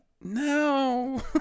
no